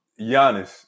Giannis